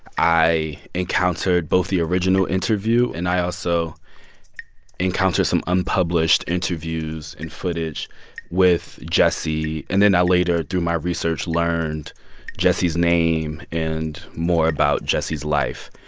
i encountered both the original interview and i also encountered some unpublished interviews and footage with jesse and then i later, through my research, learned jesse's name and more about jesse's life.